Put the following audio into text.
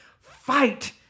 Fight